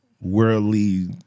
worldly